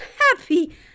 Happy